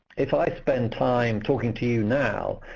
if i spend time talking to you now,